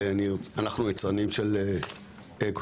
זה זה לא בגלל שאין מוצרים אלא בגלל היעדר שימוש במוצרים,